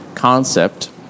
concept